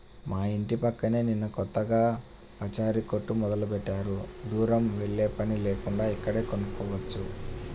మా యింటి పక్కనే నిన్న కొత్తగా పచారీ కొట్టు మొదలుబెట్టారు, దూరం వెల్లేపని లేకుండా ఇక్కడే కొనుక్కోవచ్చు